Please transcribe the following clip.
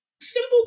simple